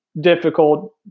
difficult